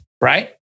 right